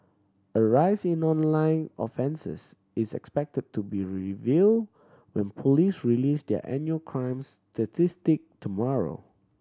a rise in online offences is expected to be reveal when police release their annual crimes statistic tomorrow